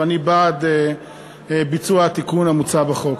ואני בעד ביצוע התיקון המוצע בחוק.